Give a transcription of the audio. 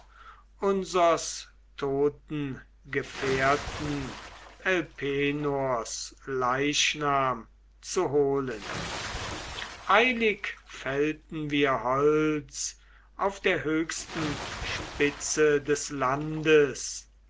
unsers toten gefährten elpenors leichnam zu holen eilig fällten wir holz auf der höchsten spitze des landes